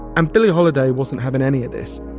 and billie holiday wasn't having any of this